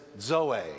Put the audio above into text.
zoe